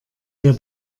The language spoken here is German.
der